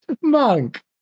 monk